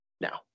now